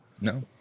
No